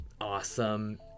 awesome